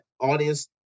audience